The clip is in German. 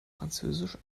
französisch